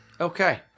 Okay